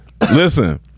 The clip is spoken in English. Listen